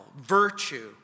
Virtue